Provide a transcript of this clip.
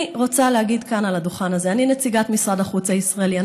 אני רוצה להגיד כאן על הדוכן: אני נציגת משרד החוץ הישראלי.